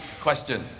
question